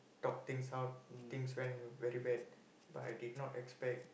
talk things out things went very bad but I did not expect